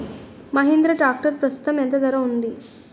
Mahindra tractor ప్రస్తుతం ఎంత ధర ఉంది?